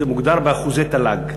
זה מוגדר באחוזי תל"ג,